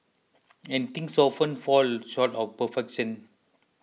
and things often fall short of perfection